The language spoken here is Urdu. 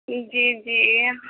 جی جی